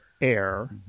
Air